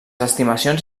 estimacions